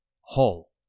hall